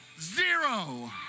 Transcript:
Zero